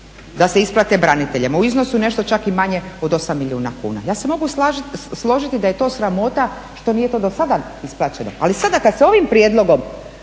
da se isplate braniteljima u iznosu nešto čak i manje od 8 milijuna kuna. Ja se mogu složiti da je to sramota što nije to dosada isplaćeno, ali sada kad se ovim prijedlogom